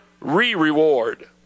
re-reward